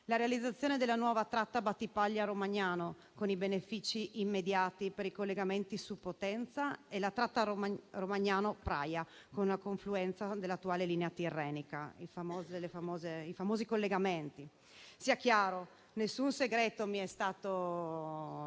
la realizzazione della nuova tratta Battipaglia-Romagnano, con benefici immediati per i collegamenti su Potenza, e la tratta Romagnano-Praia, con una confluenza dell'attuale linea tirrenica (parliamo dei famosi collegamenti). Sia chiaro, non mi è stato